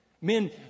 Men